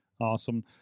awesome